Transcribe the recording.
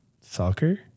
soccer